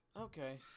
Okay